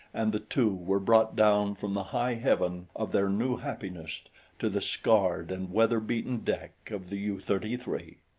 and the two were brought down from the high heaven of their new happiness to the scarred and weather-beaten deck of the u thirty three.